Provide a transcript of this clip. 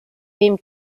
wem